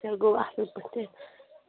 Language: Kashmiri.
تیٚلہِ گوٚو اَصٕل پٲٹھۍ تہِ